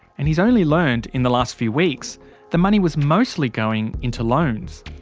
and he's only learned in the last few weeks the money was mostly going into loans.